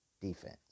defense